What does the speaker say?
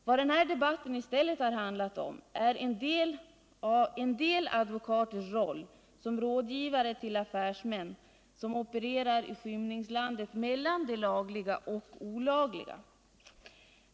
Vad debatten i stället har handlat om är en del advokaters roll som rådgivare till affärsmän som opererar i skymningslandet mellan det lagliga och olagliga.